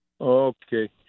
Okay